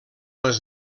les